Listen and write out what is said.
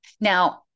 Now